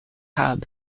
hub